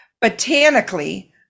botanically